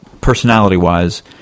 personality-wise